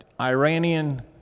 Iranian